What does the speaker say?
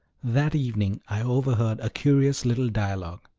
that evening i overheard a curious little dialogue.